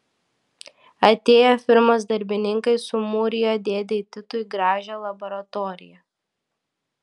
atėję firmos darbininkai sumūrijo dėdei titui gražią laboratoriją